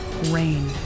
Rain